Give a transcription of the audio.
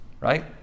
right